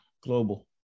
global